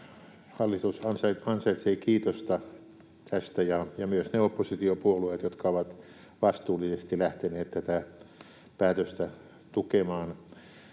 Hallitus ansaitsee kiitosta tästä ja myös ne oppositiopuolueet, jotka ovat vastuullisesti lähteneet tätä päätöstä tukemaan.